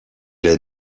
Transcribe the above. est